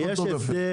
הכול טוב ויפה,